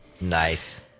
nice